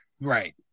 Right